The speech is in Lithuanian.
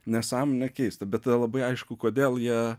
nesąmonė keista bet tai labai aišku kodėl jie